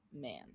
man